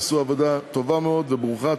הם עשו עבודה טובה מאוד וברוכה.